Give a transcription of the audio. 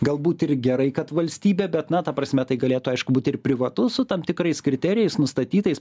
galbūt ir gerai kad valstybė bet na ta prasme tai galėtų aišku būt ir privatus su tam tikrais kriterijais nustatytais